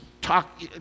Talk